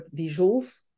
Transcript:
visuals